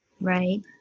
Right